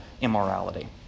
immorality